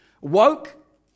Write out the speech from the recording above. woke